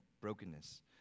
brokenness